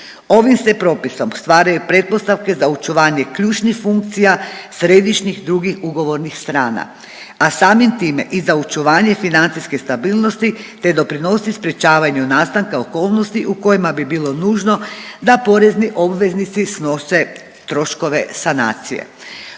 Ovim se propisom stvaraju pretpostavke za očuvanje ključnih funkcija središnjih drugih ugovornih strana, a samim time i za očuvanje financijske stabilnosti te doprinosi sprječavanju nastanka okolnosti u kojima bi bilo nužno da porezni obveznici snose troškove sanacije.